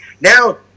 now